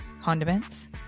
condiments